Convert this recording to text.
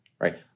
right